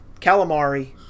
calamari